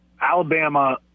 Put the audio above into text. Alabama